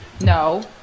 No